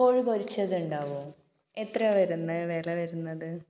കോഴി പൊരിച്ചതുണ്ടാവോ എത്രയാണ് വരുന്നത് വില വരുന്നത്